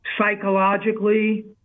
psychologically